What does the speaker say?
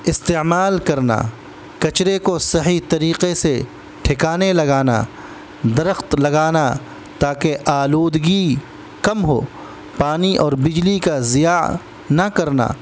استعمال کرنا کچرے کو صحیح طریقے سے ٹھکانے لگانا درخت لگانا تاکہ آلودگی کم ہو پانی اور بجلی کا ضیاع نہ کرنا